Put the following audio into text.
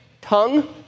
tongue